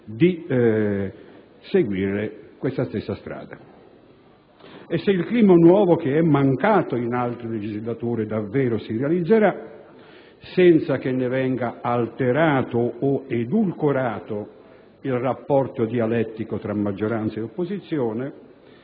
di seguire questa stessa strada. E se il clima nuovo, che è mancato in altre legislature, davvero si realizzerà, senza che ne venga alterato o edulcorato il rapporto dialettico tra maggioranza ed opposizione,